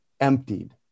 emptied